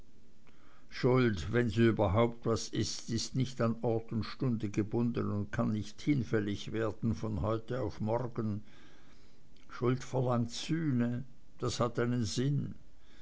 schuld wenn sie überhaupt was ist ist nicht an ort und stunde gebunden und kann nicht hinfällig werden von heute auf morgen schuld verlangt sühne das hat einen sinn